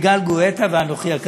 יגאל גואטה ואנוכי הקטן.